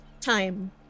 time